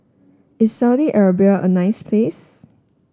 is Saudi Arabia a nice place